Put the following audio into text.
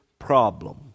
problem